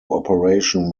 operation